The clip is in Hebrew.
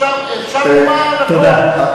אפשר לומר, תודה.